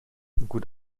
gut